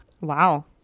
wow